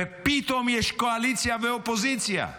ופתאום יש קואליציה ואופוזיציה.